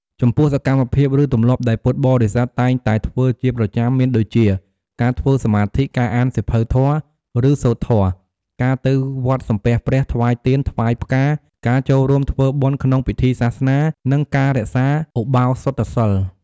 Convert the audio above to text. ចំពោះសកម្មភាព ឬទម្លាប់ដែលពុទ្ធបរិស័ទតែងតែធ្វើជាប្រចាំមានដូចជា ការធ្វើសមាធិ ការអានសៀវភៅធម៌ ឬសូត្រធម៌ ការទៅវត្តសំពះព្រះ ថ្វាយទៀន ថ្វាយផ្កា ការចូលរួមធ្វើបុណ្យក្នុងពិធីសាសនា និងការរក្សាឧបោសថសីល។